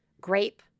grape